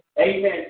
amen